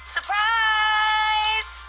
Surprise